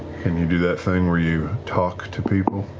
can you do that thing where you talk to people?